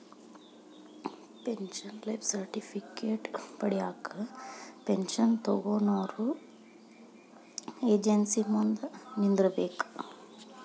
pension life certificate ಪಡ್ಯಾಕ pension ತೊಗೊನೊರ agency ಮುಂದ ನಿಂದ್ರಬೇಕ್